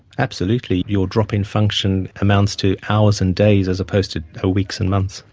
absolutely, your drop in function amounts to hours and days as opposed to ah weeks and months.